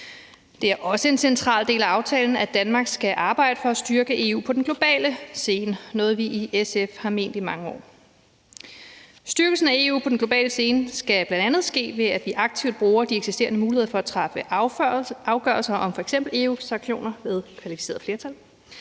Det er også en central del af aftalen, at Danmark skal arbejde for at styrke EU på den globale scene – noget, vi i SF har ment i mange år. Styrkelsen af EU på den globale scene skal bl.a. ske, ved at vi aktivt bruger de eksisterende muligheder for at træffe afgørelser om f.eks. EU's sanktioner ved kvalificeret flertal.